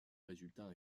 résultats